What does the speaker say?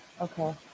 okay